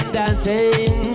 dancing